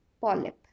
polyp